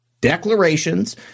declarations